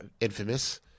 Infamous